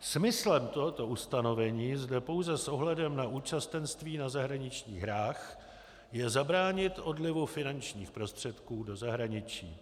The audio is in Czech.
Smyslem tohoto ustanovení zde pouze s ohledem na účastenství na zahraničních hrách je zabránit odlivu finančních prostředků do zahraničí.